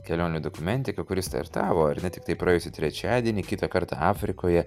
kelionių dokumentiką kuri startavo ar ne tiktai praėjusį trečiadienį kitą kartą afrikoje